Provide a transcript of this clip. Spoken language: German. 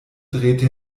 drehte